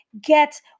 get